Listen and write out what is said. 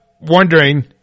wondering